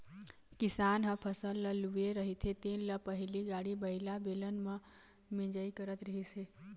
किसान ह फसल ल लूए रहिथे तेन ल पहिली गाड़ी बइला, बेलन म मिंजई करत रिहिस हे